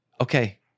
okay